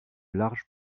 large